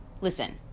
listen